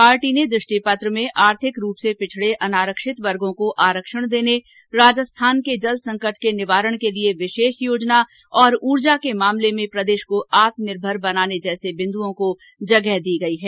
party ने दृष्टि पत्र में आर्थिक रूप से पिछड़े अनारक्षित वर्गों को आरक्षण देने राजस्थान के जल संकट के निवारण के लिए विशेष योजना और उर्जा के मामले में प्रदेश को आत्मनिर्भर बनाने जैसे बिन्दुओं को जगह दी गयी है